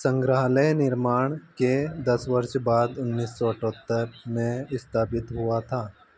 संग्रहालय निर्माण के दस वर्ष बाद उन्नीस सौ अठहत्तर में स्थापित हुआ था